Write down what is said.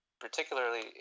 particularly